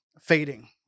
fading